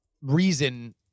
reason